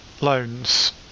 loans